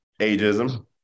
ageism